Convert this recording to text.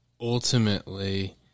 ultimately